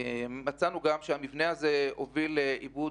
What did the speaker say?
מצאנו גם שהמבנה אף מנוהל באופן שהוביל לאיבוד